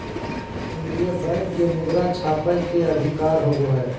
केन्द्रीय बैंक के मुद्रा छापय के अधिकार होवो हइ